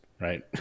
right